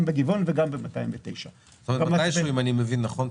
גם בגבעון וגם בשטח 209. אם אני מבין נכון,